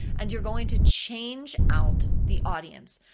and you're going to change out the audience.